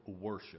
worship